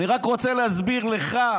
אני רק רוצה להסביר לָך